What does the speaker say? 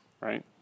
right